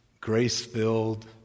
grace-filled